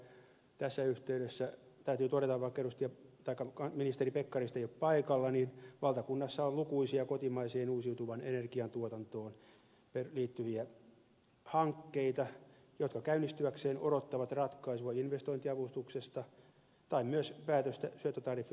tässä yhteydessä täytyy todeta vaikka ministeri pekkarinen ei olekaan nyt paikalla että valtakunnassa on lukuisia kotimaiseen uusiutuvaan energiantuotantoon liittyviä hankkeita jotka käynnistyäkseen odottavat ratkaisua investointiavustuksesta tai myös päätöstä syöttötariffiratkaisusta